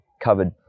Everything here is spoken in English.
covered